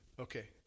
Okay